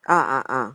ah ah ah